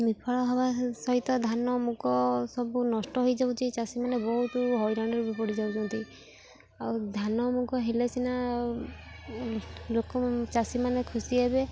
ବିଫଳ ହେବା ସହିତ ଧାନମୁଗ ସବୁ ନଷ୍ଟ ହୋଇଯାଉଛି ଚାଷୀମାନେ ବହୁତ ହଇରାଣରେ ବି ପଡ଼ିଯାଉଛନ୍ତି ଆଉ ଧାନମୁଗ ହେଲେ ସିନା ଲୋକ ଚାଷୀମାନେ ଖୁସି ହେବେ